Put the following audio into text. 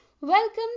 Welcome